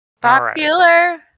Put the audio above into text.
Popular